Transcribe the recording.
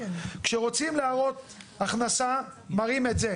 כשרוצים להראות הכנסה מראים את זה.